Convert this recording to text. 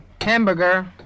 Hamburger